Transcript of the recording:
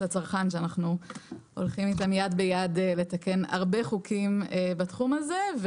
הצרכן שאנחנו הולכים איתם יד ביד לתקן הרבה חוקים בתחום הזה,